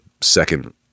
second